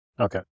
Okay